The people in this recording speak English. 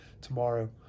tomorrow